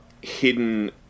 hidden